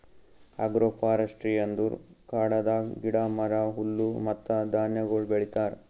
agro forestry ಅಂದುರ್ ಕಾಡದಾಗ್ ಗಿಡ, ಮರ, ಹುಲ್ಲು ಮತ್ತ ಧಾನ್ಯಗೊಳ್ ಬೆಳಿತಾರ್